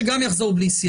שגם יחזור בלי סייג.